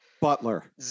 Butler